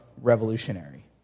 revolutionary